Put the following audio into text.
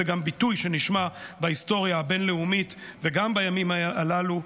זה ביטוי שנשמע בהיסטוריה הבין-לאומית וגם בימים הללו.